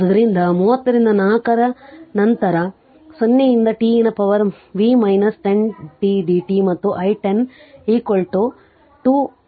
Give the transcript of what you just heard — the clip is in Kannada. ಆದ್ದರಿಂದ 30 ರಿಂದ 4 ನಂತರ 0 ರಿಂದ t e ನ ಪವರ್v 10 t dt ಮತ್ತು i 1 0 2